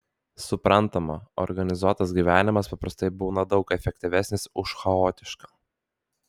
suprantama organizuotas gyvenimas paprastai būna daug efektyvesnis už chaotišką